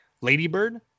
ladybird